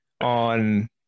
on